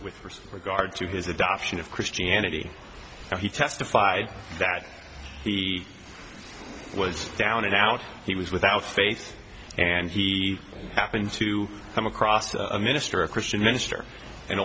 with regard to his adoption of christianity and he testified that he was down and out he was without faith and he happened to come across a minister a christian minister and